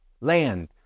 land